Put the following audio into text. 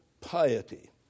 piety